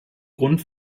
grund